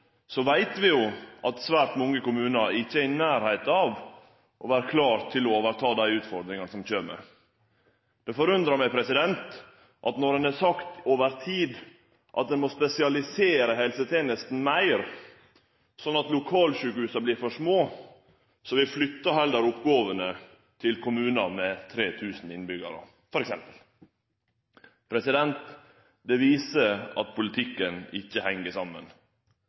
veit vi jo at svært mange kommunar ikkje er i nærleiken av å vere klare til å overta dei utfordringane som kjem. Det forundrar meg at når ein har sagt over tid at ein må spesialisere helsetenesta meir, sånn at lokalsjukehusa vert for små, flyttar ein heller oppgåvene til kommunar med 3 000 innbyggjarar – f.eks. Det viser at politikken ikkje heng saman.